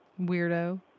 Weirdo